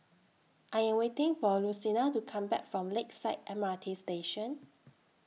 I Am waiting For Lucina to Come Back from Lakeside M R T Station